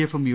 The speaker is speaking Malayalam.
എഫും യു